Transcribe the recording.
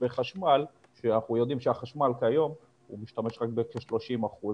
בחשמל שאנחנו יודעים שהחשמל כיום משתמש רק בכ-30%.